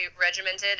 regimented